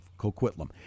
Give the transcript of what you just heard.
Coquitlam